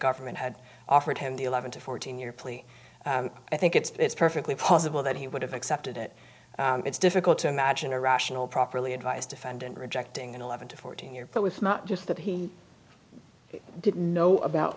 government had offered him the eleven to fourteen year plea i think it's perfectly possible that he would have accepted it it's difficult to imagine a rational properly advised defendant rejecting an eleven to fourteen year but with not just that he didn't know about